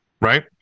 right